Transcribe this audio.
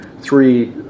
three